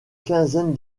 quinzaine